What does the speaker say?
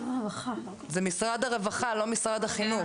זה משרד הרווחה, לא משרד החינוך.